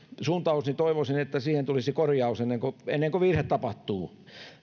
suuntaus niin toivoisin että siihen tulisi korjaus ennen kuin ennen kuin virhe tapahtuu